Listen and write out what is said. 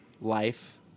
life